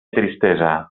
tristesa